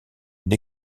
une